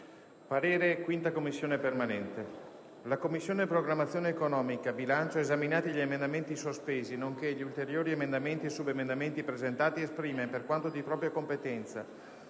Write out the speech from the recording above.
apre una nuova finestra"), *segretario*. «La Commissione programmazione economica, bilancio, esaminati gli emendamenti sospesi, nonché gli ulteriori emendamenti e subemendamenti presentati, esprime, per quanto di propria competenza,